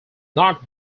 not